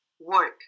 work